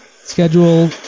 schedule